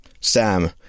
Sam